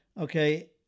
Okay